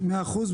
מאה אחוז.